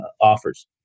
offers